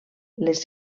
les